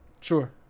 Sure